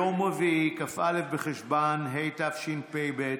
יום רביעי, כ"א בחשוון התשפ"ב,